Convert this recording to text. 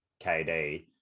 KD